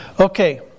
Okay